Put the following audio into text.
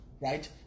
right